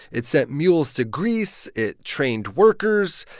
it sent mules to greece. it trained workers.